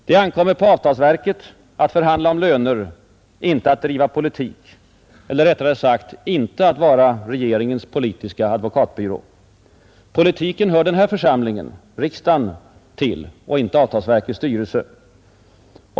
Det ankommer på avtalsverket att förhandla om löner, inte att driva politik eller, rättare sagt, inte att vara regeringens politiska advokatbyrå. Politiken hör denna församling — riksdagen — till och inte avtalsverkets styrelse.